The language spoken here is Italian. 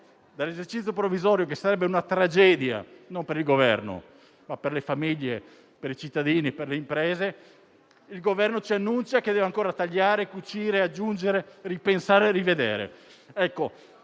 dall'esercizio provvisorio, che sarebbe una tragedia non per il Governo, ma per le famiglie, i cittadini e le imprese, l'Esecutivo ci annuncia che deve ancora tagliare, cucire, aggiungere, ripensare e rivedere.